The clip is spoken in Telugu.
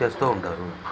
చేస్తూ ఉంటారు